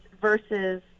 Versus